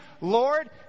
Lord